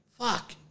fuck